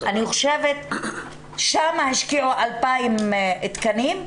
אני חושבת, שם השקיעו 2,000 תקנים,